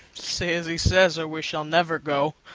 say as he says, or we shall never go.